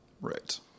Right